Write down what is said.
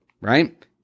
right